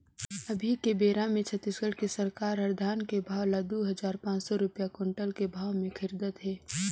अभी के बेरा मे छत्तीसगढ़ के सरकार हर धान के भाव ल दू हजार पाँच सौ रूपिया कोंटल के भाव मे खरीदत हे